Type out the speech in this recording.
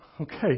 okay